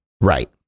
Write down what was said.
right